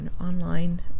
online